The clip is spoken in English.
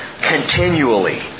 continually